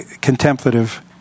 contemplative